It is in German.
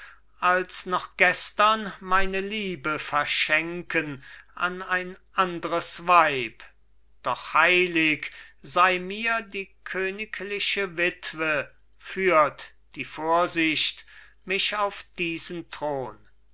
als noch gestern meine liebe verschenken an ein andres weib doch heilig sei mir die königliche witwe führt die vorsicht mich auf diesen thron